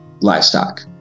livestock